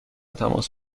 تماس